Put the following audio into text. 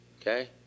okay